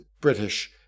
British